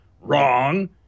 wrong